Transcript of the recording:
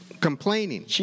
complaining